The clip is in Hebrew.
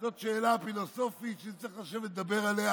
זו שאלה פילוסופית שצריך לשבת ולדבר עליה,